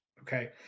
okay